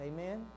Amen